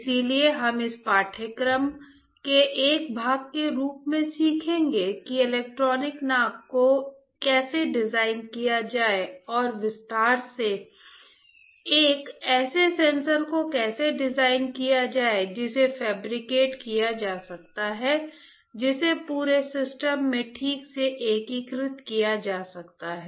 इसलिए हम इस पाठ्यक्रम के एक भाग के रूप में सीखेंगे कि इलेक्ट्रॉनिक नाक को कैसे डिजाइन किया जाए और विस्तार से एक ऐसे सेंसर को कैसे डिजाइन किया जाए जिसे फैब्रिकेट किया जा सकता है जिसे पूरे सिस्टम में ठीक से एकीकृत किया जा सकता है